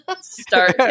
start